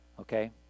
Okay